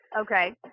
Okay